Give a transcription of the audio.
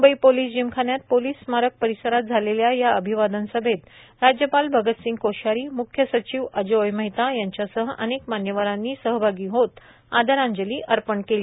Mumbai police जिमखान्यात police स्मारक परिसरात झालेल्या या अभिवादन सभेत राज्यपाल भगतसिंह कोश्यारी मुख्य सचिव अजॉय मेहता यांच्यासह अनेक मान्यवरांनी सहभागी होत आदरांजली अर्पण केली